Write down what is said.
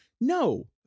no